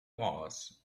was